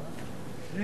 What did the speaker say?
שניהם.